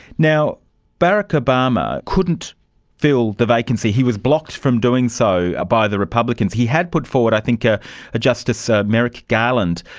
barack obama couldn't fill the vacancy, he was blocked from doing so by the republicans. he had put forward i think a justice ah merrick garland,